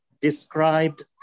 described